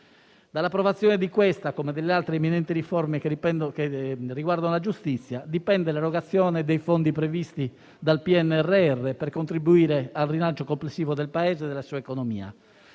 Dall'approvazione di questa, come delle altre imminenti riforme che riguardano la giustizia, dipende l'erogazione dei fondi previsti dal PNRR, per contribuire al rilancio complessivo del Paese e della sua economia.